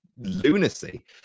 lunacy